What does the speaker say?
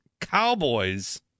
Cowboys